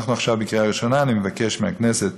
אנחנו עכשיו בקריאה ראשונה, ואני מבקש מהכנסת